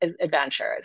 adventures